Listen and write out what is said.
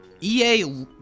EA